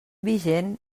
vigent